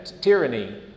tyranny